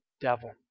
devil